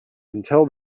until